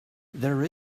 there